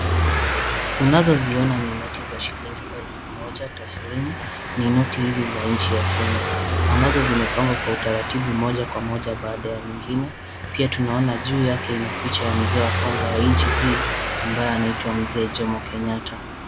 Unazoziona ni noti za shilingi elfu moja taslimu. Ni noti hizi za nchi ya kenya ambazo zimepangwa kwa utaratibu moja kwa moja baada ya nyingine. Pia tunaona juu yake ina picha ya mzee wa kwanza wa nchi hii ambaye anaitwa mzee Jomo Kenyatta.